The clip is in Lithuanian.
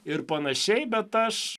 ir panašiai bet aš